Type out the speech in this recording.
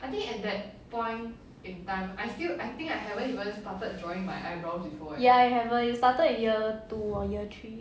ya I haven't I started in year two or year three